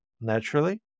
naturally